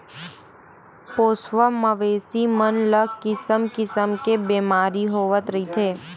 पोसवा मवेशी मन ल किसम किसम के बेमारी होवत रहिथे